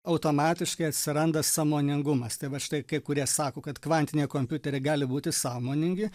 automatiškai atsiranda sąmoningumas tai vat štai kai kurie sako kad kvantiniai kompiuteriai gali būti sąmoningi